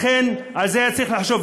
לכן, על זה היה צריך לחשוב.